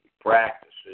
practices